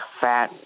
fat